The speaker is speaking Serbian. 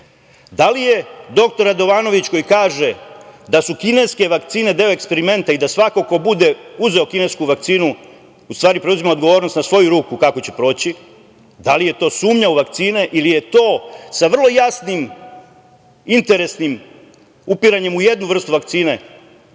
Da li je doktor Radovanović koji kaže da su kineske vakcine deo eksperimenta i da svako ko bude uzeo kinesku vakcinu u stvari preuzima odgovornost na svoju ruku kako će proći, da li je to sumnja u vakcine ili je to sa vrlo jasnim interesnim upiranjem u jednu vrstu vakcine,